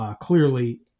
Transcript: clearly